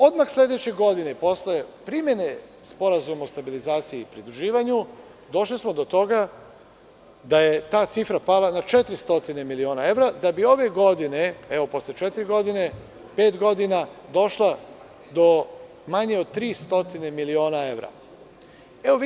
Odmah sledeće godine, posle primene Sporazuma o stabilizaciji i pridruživanju, došli smo do toga da je ta cifra pala na 400 miliona evra, da bi ove godine, posle četiri-pet godina, došla do manje od 300 miliona evra.